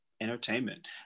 entertainment